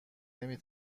نمی